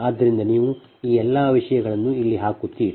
ಆದ್ದರಿಂದ ನೀವು ಈ ಎಲ್ಲ ವಿಷಯಗಳನ್ನು ಇಲ್ಲಿ ಹಾಕುತ್ತೀರಿ